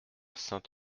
saint